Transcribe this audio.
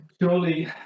surely